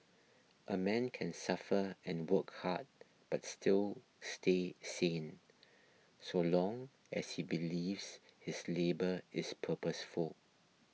a man can suffer and work hard but still stay sane so long as he believes his labour is purposeful